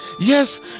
Yes